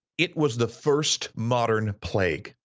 it was the first modern plague,